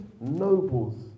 nobles